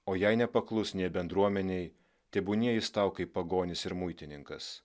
o jei nepaklus nė bendruomenei tebūnie jis tau kaip pagonis ir muitininkas